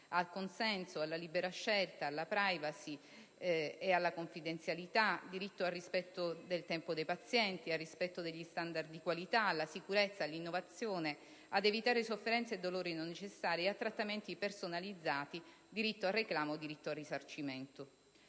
al consenso, alla libera scelta, alla *privacy* e alla confidenzialità, al rispetto dei tempi dei pazienti, al rispetto degli standard di qualità, alla sicurezza, alla innovazione, ad evitare sofferenze e dolori non necessari, a trattamenti personalizzati, al reclamo e al risarcimento.